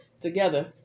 together